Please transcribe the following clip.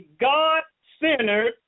God-centered